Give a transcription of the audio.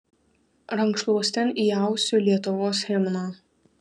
rankšluostin įausiu lietuvos himną